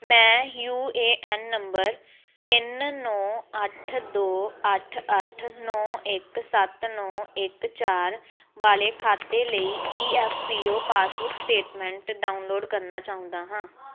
ਮੈਂ U A N number ਤਿੰਨ ਨੌਂ ਅੱਠ ਦੋ ਅੱਠ ਅੱਠ ਨੌਂ ਇੱਕ ਸੱਤ ਨੌਂ ਇੱਕ ਚਾਰ ਵਾਲੇ ਖਾਤੇ ਲਈ E F P O passbook statement download ਕਰਨਾ ਚਾਹੁੰਦਾ ਹਾਂ